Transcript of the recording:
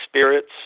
Spirits